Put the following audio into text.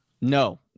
No